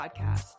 Podcast